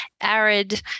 arid